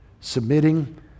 Submitting